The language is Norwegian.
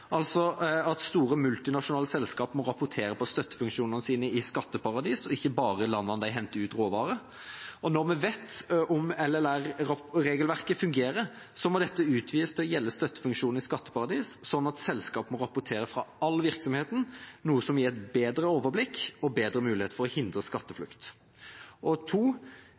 Store multinasjonale selskap må rapportere på støttefunksjonene sine i skatteparadis, og ikke bare fra landene de henter ut råvarer fra. Når vi vet om LLR-regelverket fungerer, må dette utvides til å gjelde støttefunksjoner i skatteparadis, slik at selskap må rapportere fra all virksomhet, noe som gir bedre overblikk og bedre muligheter for å hindre skatteflukt.